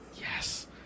Yes